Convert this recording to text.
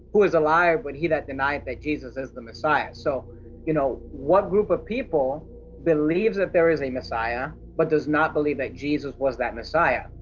who is a liar but he that denieth jesus is the messiah. so you know what group of people believes that there is a messiah, but does not believe that jesus was that messiah?